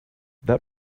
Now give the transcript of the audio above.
that